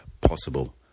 possible